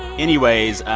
anyways,